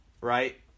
right